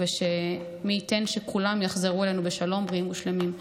ומי ייתן שכולם יחזרו אלינו בשלום, בריאים ושלמים.